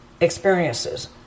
experiences